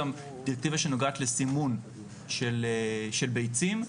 גם דירקטיבה שנוגעת לסימון של ביצים,